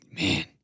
man